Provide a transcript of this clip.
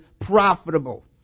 profitable